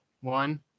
one